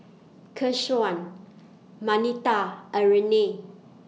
Keshaun Marnita and Rayne